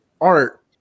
art